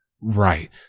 Right